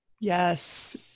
Yes